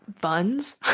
buns